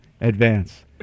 advance